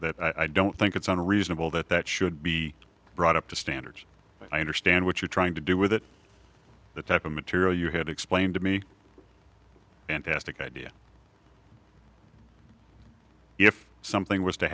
that i don't think it's unreasonable that that should be brought up to standards i understand what you're trying to do with it the type of material you had explained to me and asked idea if something was to